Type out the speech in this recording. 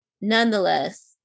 nonetheless